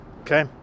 okay